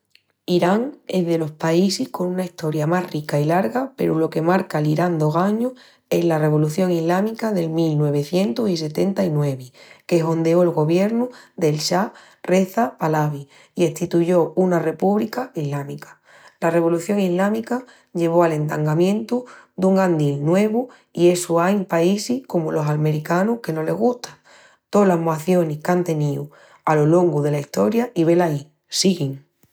Irán es delos paísis con una Estoria más rica i larga peru lo que marca l'Irán d'ogañu es la Revolución Islámica del mil nuevicientus i setenta-i-nuevi, que hondeó el goviernu del Shah Reza Pahlavi i estituyó una repúbrica islámica. La Revolución Islámica llevó al entangamientu dun andil nuevu i essu ain paísis comu los almericanus que no les gusta. Tolas muacionis qu'án teníu alo longu dela Estoria i velaí siguin.